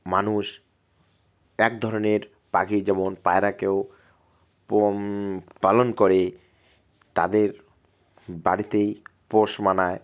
মানুষ এক ধরনের পাখি যেমন পায়রাকেও প পালন করে তাদের বাড়িতেই পোষ মানায়